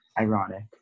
ironic